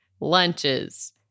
Lunches